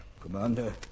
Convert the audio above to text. Commander